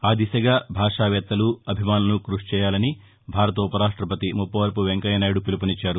ఆ దిశగా భాషావేత్తలు అభిమానులు క్పషిచేయాలని భారత ఉపరాష్టపతి ముప్పవరపు వెంకయ్యనాయుడు పిలుపునిచ్చారు